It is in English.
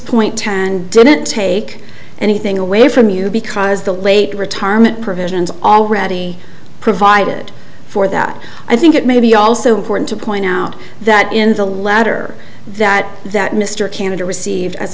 point ten and didn't take anything away from you because the late retirement provisions already provided for that i think it may be also important to point out that in the latter that that mr canada received as